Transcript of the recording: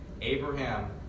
Abraham